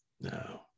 No